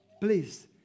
Please